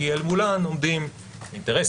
כי אל מולך עומדים אינטרסים